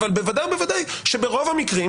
אבל בוודאי ובוודאי שברוב המקרים,